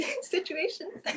situations